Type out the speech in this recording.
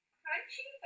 crunchy